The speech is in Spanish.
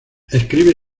escribe